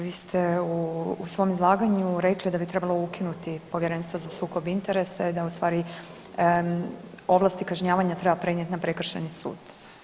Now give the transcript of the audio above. Vi ste u svom izlaganju rekli da bi trebalo ukinuti Povjerenstvo za sukob interesa, da ustvari ovlasti kažnjavanja treba prenijeti na prekršajni sud.